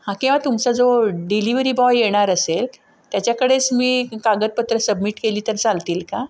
हा किंवा तुमचा जो डिलिव्हरी बॉय येणार असेल त्याच्याकडेच मी कागदपत्रं सबमिट केली तर चालतील का